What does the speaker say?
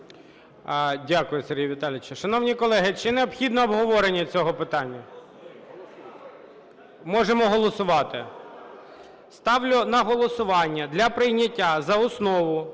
Дякую, Сергію Віталійовичу. Шановні колеги, чи необхідно обговорення цього питання? Можемо голосувати. Ставлю на голосування для прийняття за основу